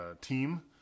team